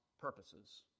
purposes